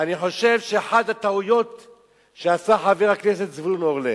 אני חושב שאחת הטעויות שעשה חבר הכנסת זבולון אורלב,